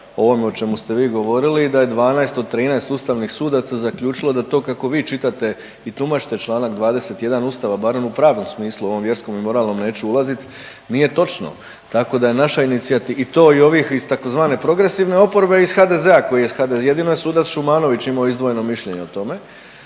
ovome o čemu ste vi govorili i da je 12 od 13 ustavnih sudaca zaključilo da to kako vi čitate i tumačite čl. 21 Ustava, barem u pravnom smislu, ovom vjerskom i moralnom neću ulaziti, nije točno, tako da je naša .../nerazumljivo/... i to i ovih iz tzv. progresivne oporbe i iz HDZ-a, koji je, jedino je sudac Šumanović imao izdvojeno mišljenje o tome,